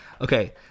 Okay